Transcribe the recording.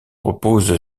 repose